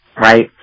right